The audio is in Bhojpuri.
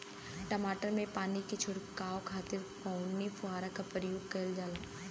टमाटर में पानी के छिड़काव खातिर कवने फव्वारा का प्रयोग कईल जाला?